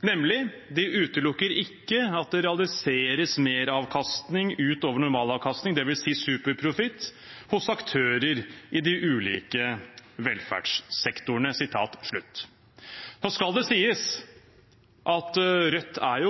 nemlig: «Flertallet utelukker derfor ikke at det realiseres meravkastning utover normalavkastning hos aktører i de ulike velferdssektorene.» Nå skal det sies at Rødt er